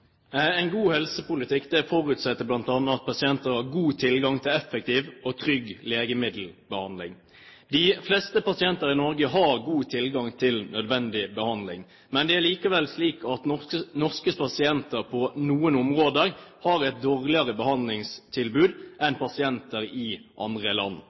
En god helsepolitikk forutsetter bl.a. at pasienter har god tilgang til effektiv og trygg legemiddelbehandling. De fleste pasienter i Norge har god tilgang til nødvendig behandling, men det er likevel slik at norske pasienter på noen områder har et dårligere behandlingstilbud enn pasienter i andre land